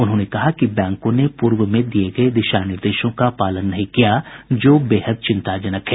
उन्होंने कहा कि बैंकों ने पूर्व में दिये गये दिशा निर्देशों का पालन नहीं किया है जो बेहद चिंताजनक है